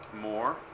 more